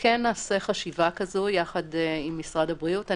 כן נעשה חשיבה כזאת יחד עם משרד הבריאות.